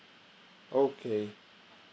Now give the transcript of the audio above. okay